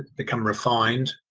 become refined.